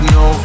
no